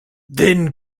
then